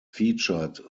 featured